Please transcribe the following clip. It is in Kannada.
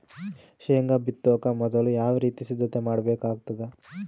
ಶೇಂಗಾ ಬಿತ್ತೊಕ ಮೊದಲು ಯಾವ ರೀತಿ ಸಿದ್ಧತೆ ಮಾಡ್ಬೇಕಾಗತದ?